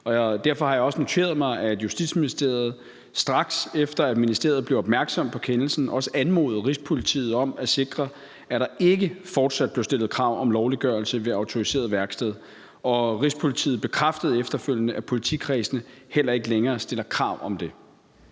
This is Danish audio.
Derfor har jeg også noteret mig, at Justitsministeriet straks, efter at ministeriet blev opmærksom på kendelsen, også anmodede Rigspolitiet om at sikre, at der ikke fortsat blev stillet krav om lovliggørelse ved autoriseret værksted. Rigspolitiet bekræftede efterfølgende, at politikredsene heller ikke længere stiller krav om det.